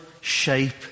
shape